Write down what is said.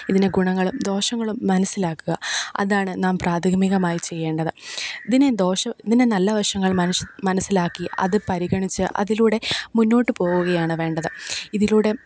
ഇതിനെ ഗുണങ്ങളും ദോഷങ്ങളും മനസിലാക്കുക അതാണ് നാം പ്രാധമികമായി ചെയ്യേണ്ടത് ഇതിനെ ദോഷം ഇതിനെ നല്ല വശങ്ങൾ മനസിലാക്കി അത് പരിഗണിച്ച് അതിലൂടെ മുന്നോട്ട് പോവുകയാണ് വേണ്ടത് ഇതിലൂടെ